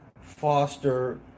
Foster